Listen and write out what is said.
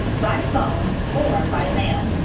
by phone or by mail.